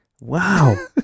wow